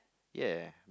ya